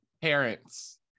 parents